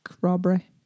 robbery